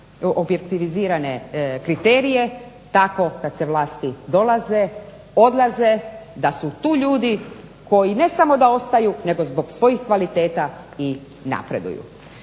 objektivizirane kriterije tako kad se vlasti dolaze, odlaze da su tu ljudi koji ne samo da ostaju nego zbog svojih kvaliteta i napreduju.